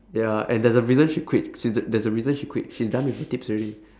ya and there's a reason she quit she th~ there's a reason she quit she's done with her tips already